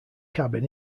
cabin